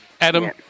Adam